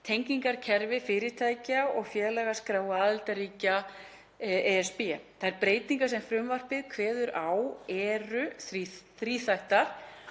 samtengingarkerfi fyrirtækja og félagaskrá aðildarríkja ESB. Þær breytingar sem frumvarpið kveður á um eru þríþættar: